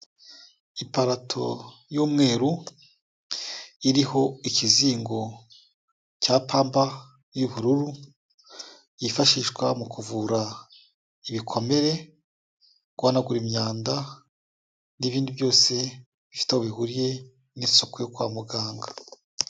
Iparato y'umweru iriho ikizingo cya pamba y'ubururu, yifashishwa mu kuvura ibikomere, guhanagura imyanda n'ibindi byose bifite aho bihuriye n'isuku yo kwa muganga.